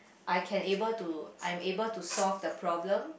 I can able to I'm able to solve the problem